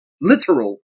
literal